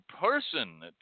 person